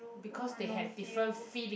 because they have different feeling